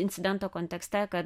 incidento kontekste kad